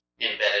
embedded